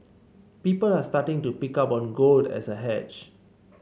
people are starting to pick up on gold as a hedge